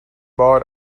بار